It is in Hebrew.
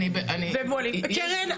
קרן,